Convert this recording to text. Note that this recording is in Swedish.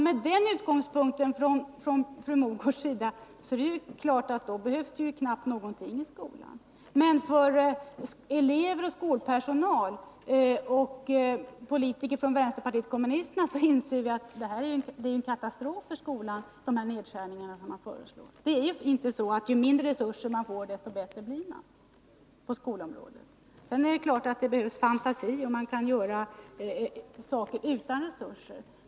Med den utgångspunkten skulle det knappast behövas några resurser alls i skolan. Elever, skolpersonal och politiker från vänsterpartiet kommunisterna inser dock att de nedskärningar som har föreslagits är en katastrof för skolan. Det är inte så att skolan blir bättre ju mindre resurser den får. Självfallet behövs det fantasi på detta område, och en del saker kan också göras utan resurser.